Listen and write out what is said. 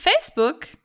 Facebook